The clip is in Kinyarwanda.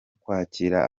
kwakira